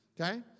okay